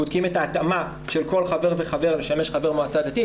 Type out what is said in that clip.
בודקים את ההתאמה של כל חבר וחבר לשמש חבר מועצה דתית,